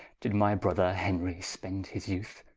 did my brother henry spend his youth,